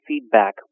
feedback